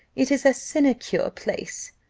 it is a sinecure place,